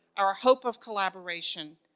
our hope of collaboration,